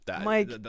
Mike